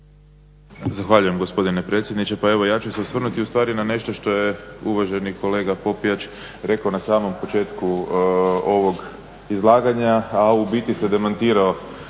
Zahvaljujem gospodine predsjedniče. Pa evo ja ću osvrnuti ustvari na nešto što je uvaženi kolega Popijač rekao na samom početku ovog izlaganja, a u biti se demantirao